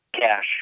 cash –